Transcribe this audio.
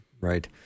right